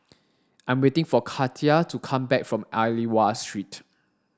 I'm waiting for Katia to come back from Aliwal Street